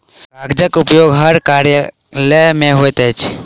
कागजक उपयोग हर कार्यालय मे होइत अछि